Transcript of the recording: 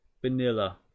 vanilla